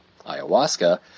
ayahuasca